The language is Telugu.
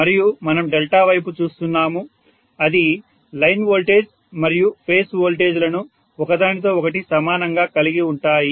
మరియు మనం డెల్టా వైపు చూస్తున్నాము అది లైన్ వోల్టేజ్ మరియు ఫేజ్ వోల్టేజ్ లను ఒకదానికొకటి సమానంగా కలిగి ఉంటాయి